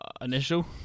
Initial